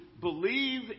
believe